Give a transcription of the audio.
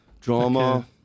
drama